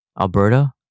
Alberta